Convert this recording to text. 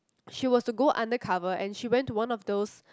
she was to go undercover and she went to one of those